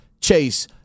Chase